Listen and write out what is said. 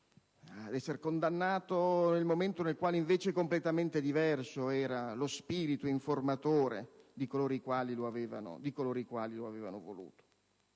proprio nel momento in cui, invece, completamente diverso era lo spirito informatore di coloro i quali lo avevano voluto.